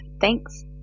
Thanks